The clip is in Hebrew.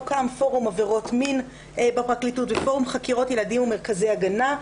הוקם פורום עבירות מין בפרקליטות ופורום חקירות ילדים ומרכזי הגנה,